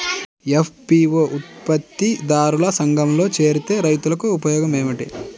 FPO ఉత్పత్తి దారుల సంఘములో చేరితే రైతులకు ఉపయోగము ఏమిటి?